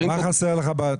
מה חסר לך?